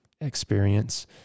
experience